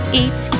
eat